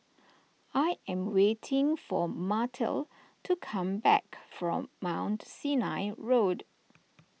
I am waiting for Martell to come back from Mount Sinai Road